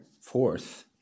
fourth